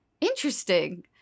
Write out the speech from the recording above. Interesting